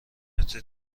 متر